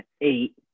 eight